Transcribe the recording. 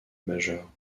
majeur